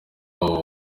wabo